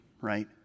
right